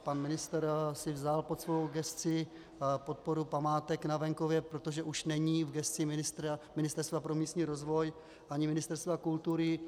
Pan ministr si vzal pod svou gesci podporu památek na venkově, protože už není v gesci Ministerstva pro místní rozvoj ani Ministerstva kultury.